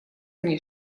мне